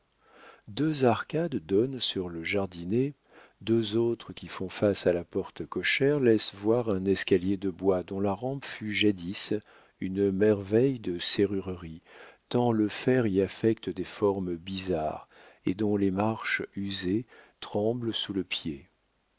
deux arcades donnent sur le jardinet deux autres qui font face à la porte cochère laissent voir un escalier de bois dont la rampe fut jadis une merveille de serrurerie tant le fer y affecte des formes bizarres et dont les marches usées tremblent sous le pied